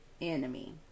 enemy